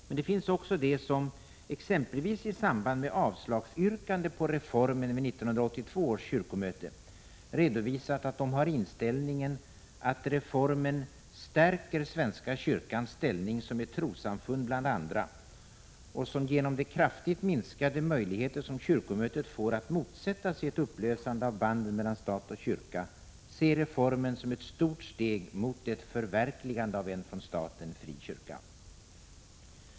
Men det finns också de som, exempelvis i samband med avslagsyrkande på reformen vid 1982 års kyrkomöte, redovisat att de har inställningen att reformen stärker svenska kyrkans ställning som ett trossamfund bland andra och som, genom de kraftigt minskade möjligheter som kyrkomötet får att motsäga sig ett upplösande av banden mellan stat och kyrka, ser reformen som ett stort steg mot ett förverkligande av en från staten fri kyrka.